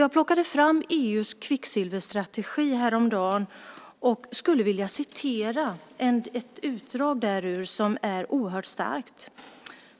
Jag plockade fram EU:s kvicksilverstrategi häromdagen och skulle vilja citera ett utdrag därur som är oerhört starkt.